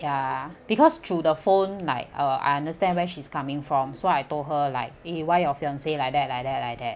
ah because through the phone like uh I understand where she's coming from so I told her like eh why your fiance like that like that like that